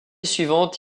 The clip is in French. suivante